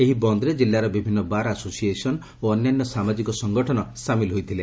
ଏହି ବନ୍ଦରେ ଜିଲ୍ଲାର ବିଭିନ୍ତ ବାର୍ ଆସୋସିଏସନ ଓ ଅନ୍ୟାନ୍ୟ ସାମାଜିକ ସଂଗଠନ ସାମିଲ ହୋଇଛନ୍ତି